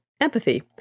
empathy